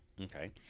Okay